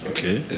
Okay